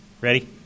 Ready